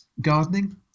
Gardening